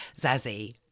Zazie